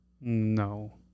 No